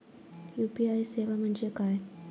UPI सेवा म्हणजे काय?